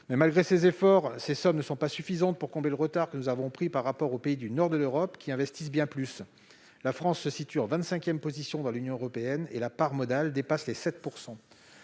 Malgré ces efforts, ces sommes ne sont pas suffisantes pour combler le retard que nous avons pris par rapport aux pays du nord de l'Europe, qui investissent bien plus. La France se situe en vingt-cinquième position dans l'Union européenne et la part modale dépasse les 7 %.